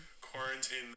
quarantine